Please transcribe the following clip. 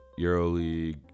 EuroLeague